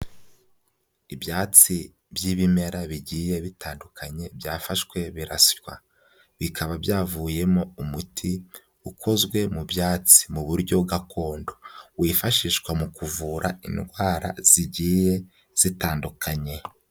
Ibyatsi by'ibimera bigiye bitandukanye byafashwe birasywa, bikaba byavuyemo umuti ukozwe mu byatsi mu buryo gakondo wifashishwa mu kuvura indwara zigiye zitandukanye.